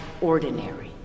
ordinary